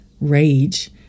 rage